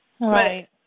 Right